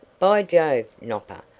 by jove, nopper,